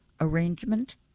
arrangement